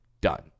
done